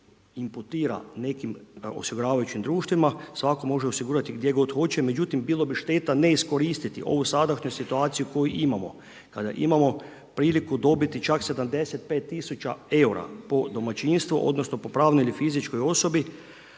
nekim osiguravajućim društvima, svako može osigurati gdje god hoće, međutim bilo bi šteta ne iskoristiti ovu sadašnju situaciju koju imamo kada imamo priliku dobiti čak 75 000 eura po domaćinstvu odnosno po pravnoj i fizičkoj osobi